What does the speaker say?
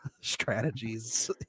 strategies